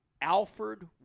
Alfred